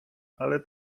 ale